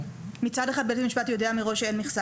מצד אחד בית המשפט יודע מראש שאין מכסה,